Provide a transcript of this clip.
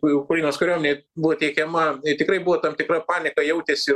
ukrainos kariuomenei buvo teikiama tikrai buvo tam tikra panika jautėsi